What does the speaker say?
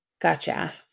Gotcha